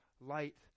light